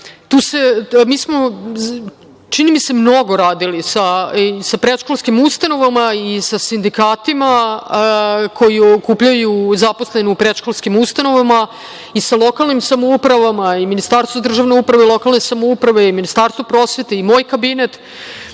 mi se da smo mnogo radili sa predškolskim ustanovama i sa sindikatima koji okupljaju zaposlene u predškolskim ustanovama i sa lokalnim samoupravama i sa Ministarstvom državne uprave i lokalne samouprave i Ministarstvom prosvete i moj kabinet,